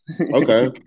Okay